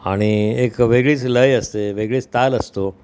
आणि एक वेगळीच लय असते वेगळीच ताल असतो